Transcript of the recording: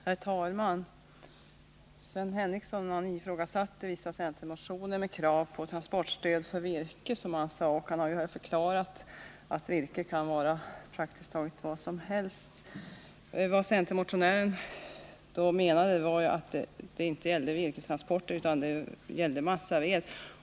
Herr talman! Sven Henricsson ifrågasatte vissa centermotioner med krav på transportstöd för virke, och han har även förklarat att virket kan vara praktiskt taget vad som helst. Vad centermotionären menade var att det inte gällde virkestransporter utan massaved.